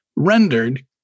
rendered